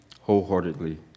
wholeheartedly